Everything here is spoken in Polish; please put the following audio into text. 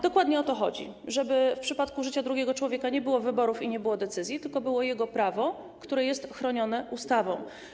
Dokładnie o to chodzi, żeby w przypadku życia drugiego człowieka nie było wyborów i nie było podejmowania decyzji, tylko było jego prawo, które jest chronione ustawą.